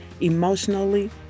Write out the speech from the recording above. emotionally